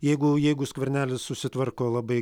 jeigu jeigu skvernelis susitvarko labai